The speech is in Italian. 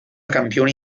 campione